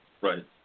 Right